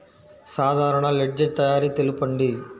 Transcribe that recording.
సాధారణ లెడ్జెర్ తయారి తెలుపండి?